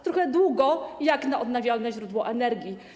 Trochę długo jak na odnawialne źródło energii.